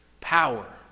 Power